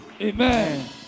Amen